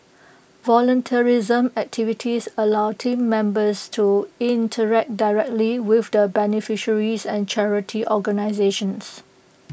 volunteerism activities allow Team Members to interact directly with the beneficiaries and charity organisations